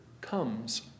comes